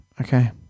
Okay